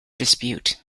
dispute